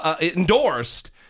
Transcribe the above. endorsed